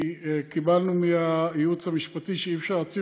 כי קיבלנו ייעוץ המשפטי שאי-אפשר להציב